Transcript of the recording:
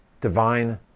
divine